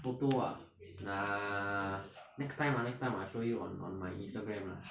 photo ah 那 next time lah next time I I show you on on my instagram lah